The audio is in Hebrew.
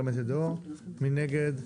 מי נגד?